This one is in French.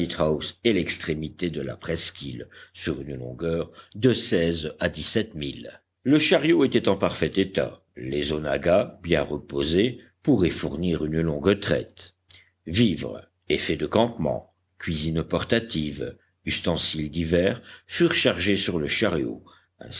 et l'extrémité de la presqu'île sur une longueur de seize à dix-sept